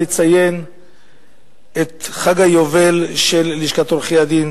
לציין את חג היובל של לשכת עורכי-הדין,